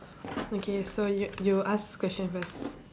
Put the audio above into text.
okay so you you ask question first